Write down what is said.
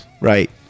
right